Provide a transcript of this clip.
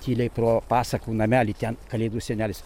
tyliai pro pasakų namelį ten kalėdų senelis